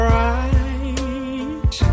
right